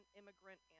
immigrant